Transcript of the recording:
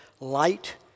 Light